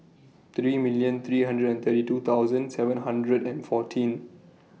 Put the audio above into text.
three million three hundred and thirty two thousand seven hundred and fourteen